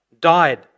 Died